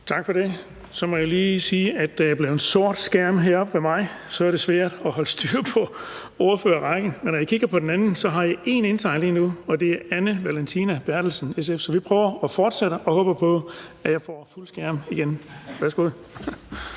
Tak for det. Så må jeg lige sige, at skærmen er blevet sort heroppe ved mig, og så er det svært at holde styr på ordførerrækken, men når jeg kigger på den anden skærm, kan jeg se, at der er én indtegnet lige nu, og det er Anne Valentina Berthelsen, SF. Så vi prøver at fortsætte og håber på, at jeg får fuld skærm igen. Værsgo.